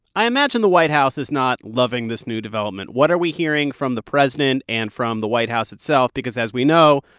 i imagine the white house is not loving this new development. what are we hearing from the president and from the white house itself? because, as we know,